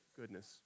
goodness